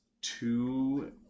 two